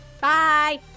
Bye